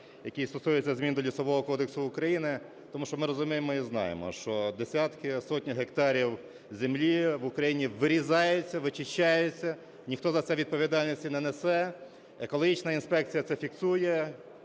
який стосується змін до Лісового кодексу України, тому що ми розуміємо і знаємо, що десятки, сотні гектарів землі в Україні вирізаються, вичищаються, і ніхто за це відповідальності не несе. Екологічна інспекція це фіксує,